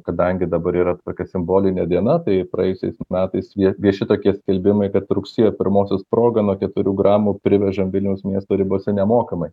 kadangi dabar yra tokia simbolinė diena tai praėjusiais metais vie vieši tokie skelbimai kad rugsėjo pirmosios proga nuo keturių gramų privežam vilniaus miesto ribose nemokamai